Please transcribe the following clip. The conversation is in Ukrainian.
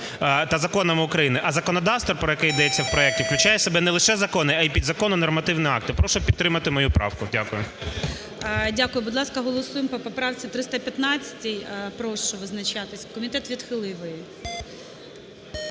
та законами України. А законодавство, про яке йдеться у проекті, включає в себе не лише закони, а і підзаконні нормативні акти. Прошу підтримати мою правку. Дякую. ГОЛОВУЮЧИЙ. Дякую. Будь ласка, голосуємо по поправці 315. Прошу визначатися. Комітет відхилив